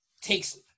takes